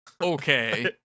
okay